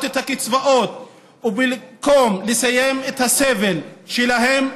את הקצבאות ובמקום לסיים את הסבל שלהם,